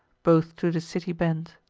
both to the city bend.